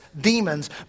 demons